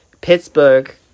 Pittsburgh